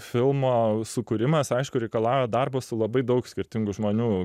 filmo sukūrimas aišku reikalauja darbo su labai daug skirtingų žmonių